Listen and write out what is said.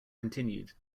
continued